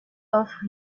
offre